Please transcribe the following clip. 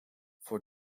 voor